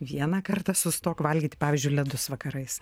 vieną kartą sustok valgyt pavyzdžiui ledus vakarais